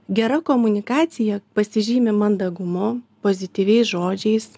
gera komunikacija pasižymi mandagumu pozityviais žodžiais